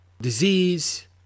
Disease